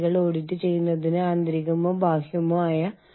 എച്ച്ആർഎമ്മിന്റെ അന്താരാഷ്ട്രവൽക്കരണം